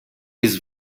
its